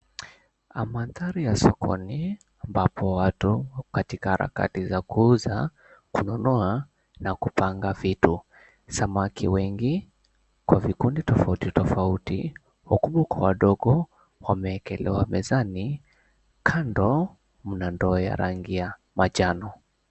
Almandhari ya sokoni ambapo watu katika harakati za kuuza, kununua na kupanga vitu. Samaki wengi kwa vikundi tofauti tofauti wakubwa kwa wadogo wameekelewa mezani kando mna ndoo ya rangi ya manjano.